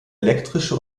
elektrische